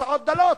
והתוצאות דלות.